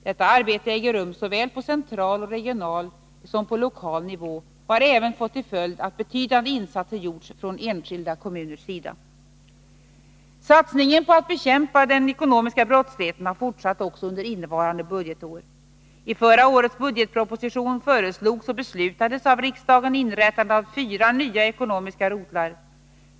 Detta arbete äger rum såväl på central och regional som på lokal nivå och har även fått till följd att betydande insatser gjorts från enskilda kommuners sida. Satsningen på att bekämpa den ekonomiska brottsligheten har fortsatt också under innevarande budgetår. I förra årets budgetproposition föreslogs, och beslutades av riksdagen, inrättandet av fyra nya ekonomiska rotlar.